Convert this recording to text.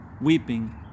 weeping